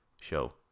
show